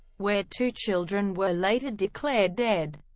where two children were later declared dead.